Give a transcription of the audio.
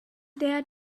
der